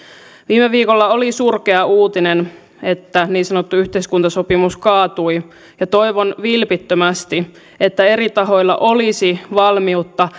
viime viikolla oli surkea uutinen että niin sanottu yhteiskuntasopimus kaatui ja toivon vilpittömästi että eri tahoilla olisi valmiutta